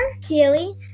Keely